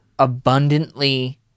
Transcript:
abundantly